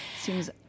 seems